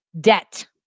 debt